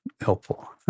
helpful